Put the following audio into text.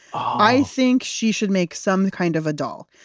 i think she should make some kind of a dal.